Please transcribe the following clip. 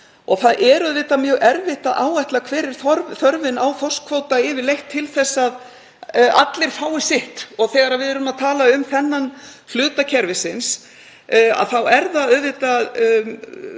Það er auðvitað mjög erfitt að áætla hver er þörfin á þorskkvóta yfirleitt til þess að allir fái sitt. Og þegar við erum að tala um þennan hluta kerfisins er það staðreynd